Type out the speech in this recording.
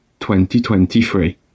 2023